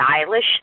stylish